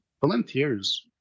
volunteers